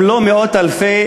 אם לא מאות אלפי,